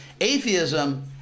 atheism